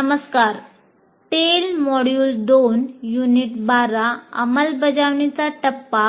नमस्कार TEL module 2 unit 12 अंमलबजावणीचा टप्पा